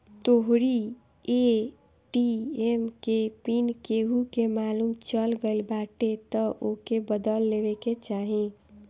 तोहरी ए.टी.एम के पिन केहू के मालुम चल गईल बाटे तअ ओके बदल लेवे के चाही